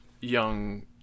young